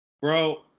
bro